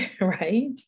right